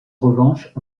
revanche